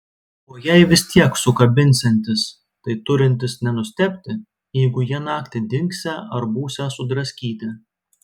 o jei vis tiek sukabinsiantis tai turintis nenustebti jeigu jie naktį dingsią ar būsią sudraskyti